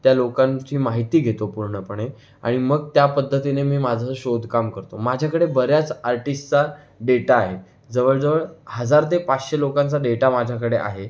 त्या लोकांची माहिती घेतो पूर्णपणे आणि मग त्या पद्धतीने मी माझं शोधकाम करतो माझ्याकडे बऱ्याच आर्टिस्टचा डेटा आहे जवळजवळ हजार ते पाचशे लोकांचा डेटा माझ्याकडे आहे